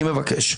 אני מבקש.